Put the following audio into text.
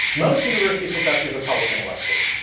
most university professors are public intellectuals.